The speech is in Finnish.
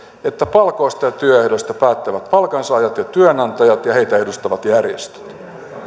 että palkoista ja työehdoista päättävät palkansaajat ja työnantajat ja heitä edustavat järjestöt